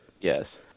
yes